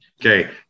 Okay